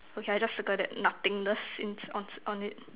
okay I just circle that nothingness in on on it